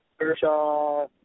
Kershaw